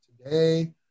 today